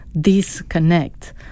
disconnect